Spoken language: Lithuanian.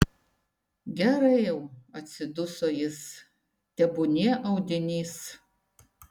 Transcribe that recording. gerai jau atsiduso jis tebūnie audinys